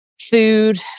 food